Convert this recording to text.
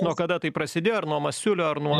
nuo kada tai prasidėjo ar nuo masiulio ar nuo